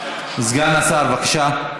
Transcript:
סגן השר, בבקשה,